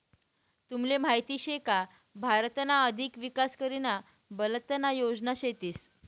तुमले माहीत शे का भारतना अधिक विकास करीना बलतना योजना शेतीस